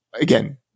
again